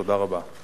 תודה רבה.